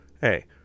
hey